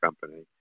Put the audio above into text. company